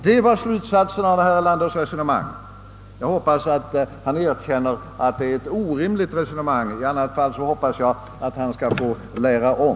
Detta var nämligen slutsatsen av herr Erlanders resonemang. Jag hoppas att han erkänner att det är en orimlig tanke, I annat fall hoppas jag att han skall få lära om.